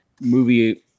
movie –